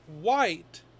white